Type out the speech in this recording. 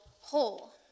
whole